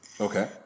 Okay